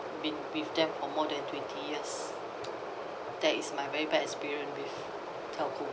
with with them for more than twenty years that is my very bad experience with telco